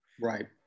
Right